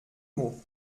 mot